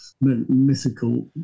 mythical